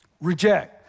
Reject